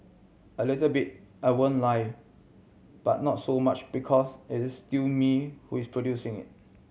a little bit I won't lie but not so much because it is still me who is producing it